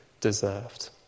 deserved